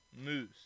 Moose